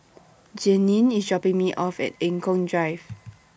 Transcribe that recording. Jeannine IS dropping Me off At Eng Kong Drive